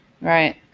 right